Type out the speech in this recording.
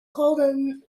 called